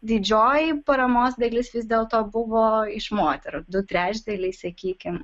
didžioji paramos dalis vis dėlto buvo iš moterų du trečdaliai sakykim